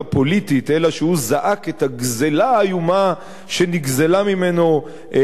אלא שהוא זעק את הגזלה האיומה שנגזלה ממנו אדמתו,